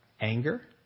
Anger